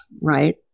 right